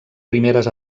primeres